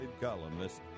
columnist